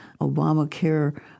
Obamacare